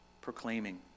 proclaiming